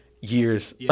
years